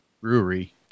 brewery